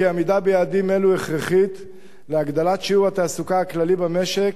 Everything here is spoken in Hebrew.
עמידה ביעדים אלה הכרחית להגדלת שיעור התעסוקה הכללי במשק,